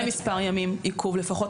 מה עם מספר ימים עיכוב לפחות,